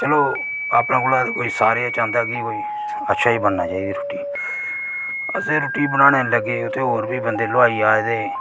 चलो अपने कोला ते सारे इयै चांंहदे कि कोई अच्छा गै बनना चाहिदी रुट्टी असे रुट्टी बनाने लगे ते और बी बंदे हलवाई आए दे हे